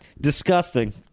disgusting